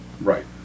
Right